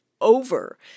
over